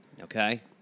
Okay